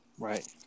Right